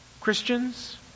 Christians